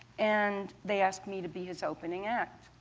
and they asked me to be his opening act.